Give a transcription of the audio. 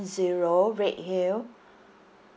zero redhill